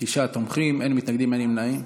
תשעה תומכים, אין מתנגדים, אין נמנעים.